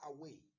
away